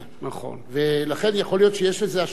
ולכן יכול להיות שיש לזה השלכות אחרות.